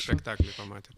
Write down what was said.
spektaklį pamatėt